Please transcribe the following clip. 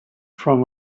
from